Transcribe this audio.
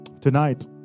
Tonight